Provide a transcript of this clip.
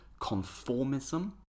conformism